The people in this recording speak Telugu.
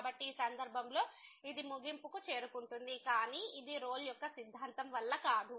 కాబట్టి ఈ సందర్భంలో ఇది ముగింపుకు చేరుకుంటుంది కానీ ఇది రోల్ యొక్క సిద్ధాంతం వల్ల కాదు